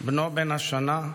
בנו בן השנה,